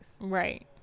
Right